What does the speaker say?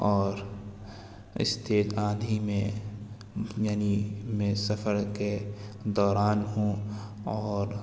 اور اِس تیز آندھی میں یعنی میں سفر کے دوران ہوں اور